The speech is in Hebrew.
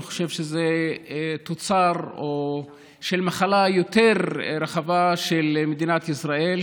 אני חושב שזה תוצר של מחלה יותר רחבה של מדינת ישראל,